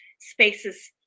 spaces